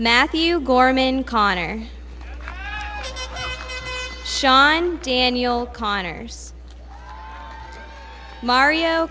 matthew gorman connor shon daniel connors mario